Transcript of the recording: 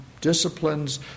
disciplines